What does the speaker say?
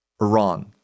Iran